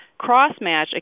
CrossMatch